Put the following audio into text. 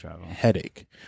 headache